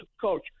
coach